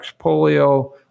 polio